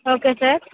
okay sir